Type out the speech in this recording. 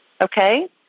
Okay